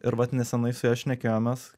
ir vat nesenai su ja šnekėjomės